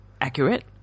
accurate